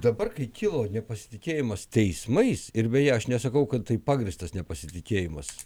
dabar kai kilo nepasitikėjimas teismais ir beje aš nesakau kad tai pagrįstas nepasitikėjimas